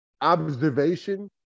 observation